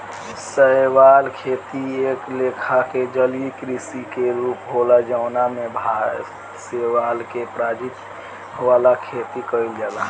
शैवाल खेती एक लेखा के जलीय कृषि के रूप होला जवना में शैवाल के प्रजाति वाला खेती कइल जाला